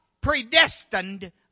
predestined